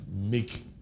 make